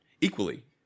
equally